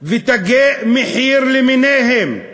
ותגי המחיר למיניהם,